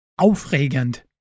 aufregend